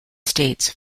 states